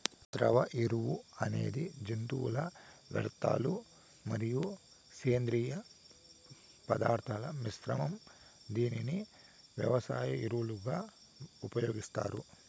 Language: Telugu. ద్రవ ఎరువు అనేది జంతువుల వ్యర్థాలు మరియు సేంద్రీయ పదార్థాల మిశ్రమం, దీనిని వ్యవసాయ ఎరువులుగా ఉపయోగిస్తారు